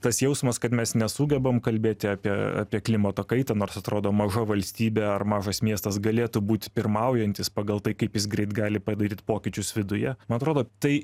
tas jausmas kad mes nesugebam kalbėti apie apie klimato kaitą nors atrodo maža valstybė ar mažas miestas galėtų būti pirmaujantis pagal tai kaip jis greit gali padaryt pokyčius viduje man atrodo tai